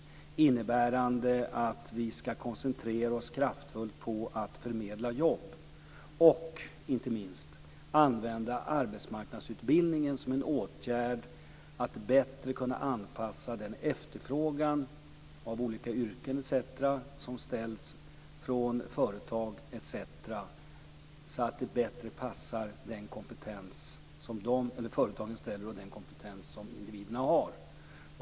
Det innebär att vi skall koncentrera oss kraftfullt på att förmedla jobb och, inte minst, att använda arbetsmarknadsutbildningen som en åtgärd för att bättre kunna passa ihop företagens efterfrågan av olika yrken och kompetens med den kompetens som individerna har.